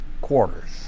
quarters